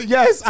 Yes